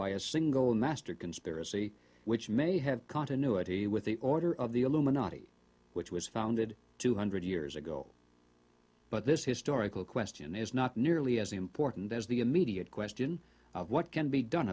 by a single master conspiracy which may have continuity with the order of the illuminati which was founded two hundred years ago but this historical question is not nearly as important as the immediate question of what can be done